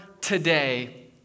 today